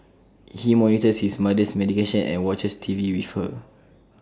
he monitors his mother's medication and watches T V with her